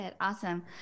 awesome